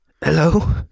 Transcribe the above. Hello